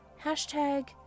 Hashtag